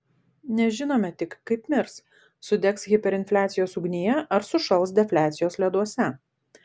nežinome tik kaip mirs sudegs hiperinfliacijos ugnyje ar sušals defliacijos leduose